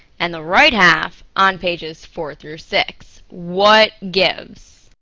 and the right half, on pages four through six. what gives?